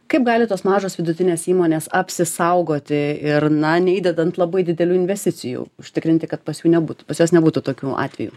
kaip gali tos mažos vidutinės įmonės apsisaugoti ir na neįdedant labai didelių investicijų užtikrinti kad pas jų nebūtų pas juos nebūtų tokių atvejų